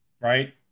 right